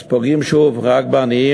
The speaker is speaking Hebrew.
אז שוב פוגעים רק בעניים,